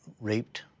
raped